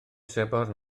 sebon